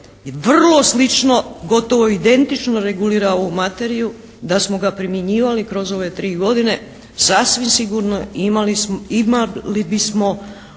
vrlo slično, gotovo identično regulira ovu materiju, da smo ga primjenjivali kroz ove 3 godine sasvim sigurno imali bismo